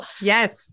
Yes